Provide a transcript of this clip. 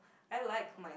I like my